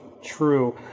true